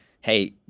hey